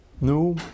No